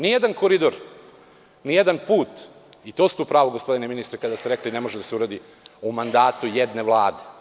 Nijedan koridor, nijedan put, i to ste u pravu gospodine ministre, kada ste rekli ne može da se uradi u mandatu jedne Vlade.